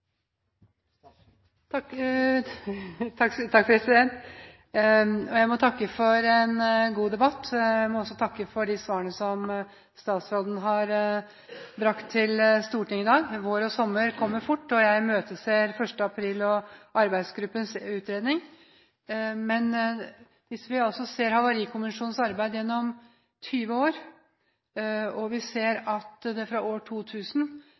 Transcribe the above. Jeg må takke for en god debatt. Jeg må også takke for de svarene som statsråden har brakt til Stortinget i dag. En vår og en sommer kommer fort, og jeg imøteser 1. april og arbeidsgruppens utredning. Ser vi på Havarikommisjonens arbeid gjennom 20 år, ser vi at fra år 2000